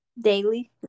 daily